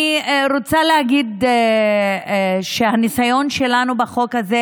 אני רוצה להגיד שהניסיון שלנו בחוק הזה,